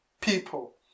people